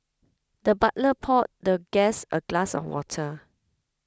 the butler poured the guest a glass of water